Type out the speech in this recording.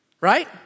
Right